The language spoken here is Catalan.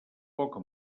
poca